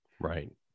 Right